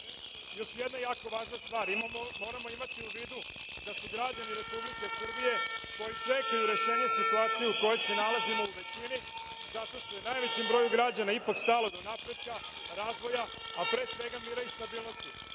jedna jako važna stvar. Moramo imati u vidu da su građani Republike Srbije koji čekaju rešenje situacije u kojoj se nalazimo u većini, zato što je najvećem broju građana ipak stalo do napretka, razvoja, a pre svega mira i stabilnosti.